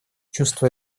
чувство